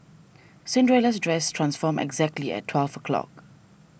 Cinderella's dress transformed exactly at twelve o' clock